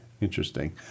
Interesting